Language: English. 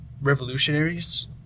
revolutionaries